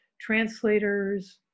translators